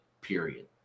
period